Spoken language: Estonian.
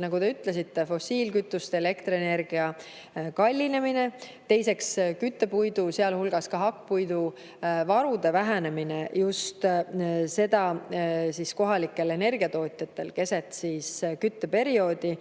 nagu te ütlesite, fossiilkütuste ja elektrienergia kallinemine, teiseks küttepuidu, sealhulgas ka puiduhakke varude vähenemine just kohalikel energiatootjatel keset kütteperioodi,